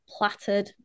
plattered